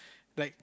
like